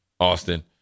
Austin